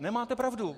Nemáte pravdu.